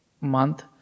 month